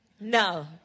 No